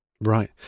right